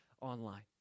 online